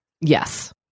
Yes